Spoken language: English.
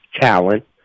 talent